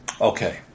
Okay